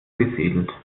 besiedelt